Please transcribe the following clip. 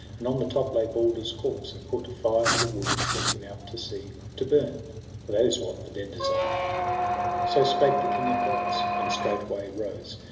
and on the top lay balder's corpse, and put fire to the wood, and send him out to sea to burn for that is what the dead desire so spake the king of gods, and straightway rose.